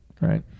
Right